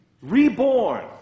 Reborn